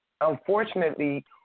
unfortunately